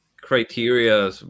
criteria